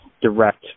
direct